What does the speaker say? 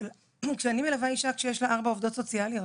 אבל כשאני מלווה אישה כשיש ארבע עובדות סוציאליות